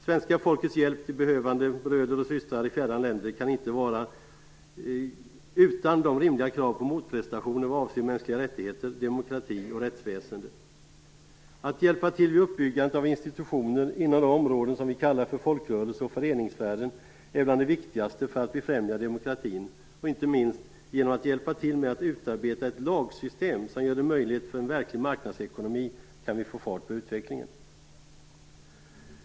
Svenska folkets hjälp till behövande bröder och systrar i fjärran länder kan inte ges utan rimliga krav på motprestationer vad avser mänskliga rättigheter, demokrati och rättsväsende. Att hjälpa till med uppbyggande av institutioner inom de områden vi kallar för fölkrörelse och föreningssfären är bland det viktigaste för att befrämja demokratin. Inte minst kan vi få fart på utvecklingen genom att hjälpa till med att utarbeta ett lagsystem som gör en verklig marknadsekonomi möjlig.